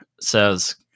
says